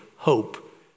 Hope